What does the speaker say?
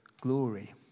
glory